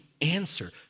answer